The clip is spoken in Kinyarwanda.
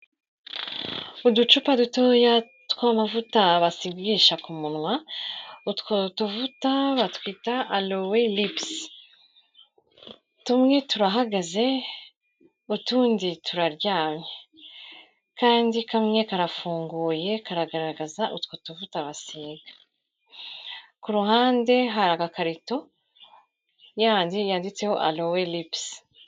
Uducupa dutoya tw'amavuta basigisha ku munwa, utwo tuvuta batwita aloe lips. Tumwe turahagaze utundi turaryamye, kandi kamwe karafunguye karagaragaza utwo tuvuta basiga. Ku ruhande hari agakarito yandi yanditseho aloe lips.